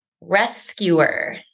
rescuer